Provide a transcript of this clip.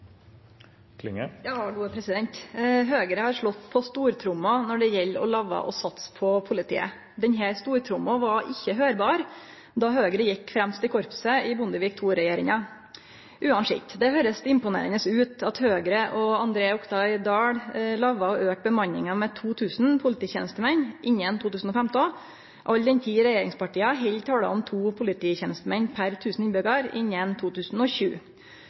Høgre har slått på stortromma når det gjeld å love å satse på politiet. Denne stortromma var ikkje høyrleg då Høgre gjekk fremst i korpset i Bondevik II-regjeringa. Uansett, det høyrest imponerande ut at Høgre og André Oktay Dahl lover å auke bemanninga med 2 000 polititenestemenn innan 2015, all den tid regjeringspartia har tala om to polititenestemenn per 1 000 innbyggjarar innan 2020.